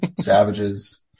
savages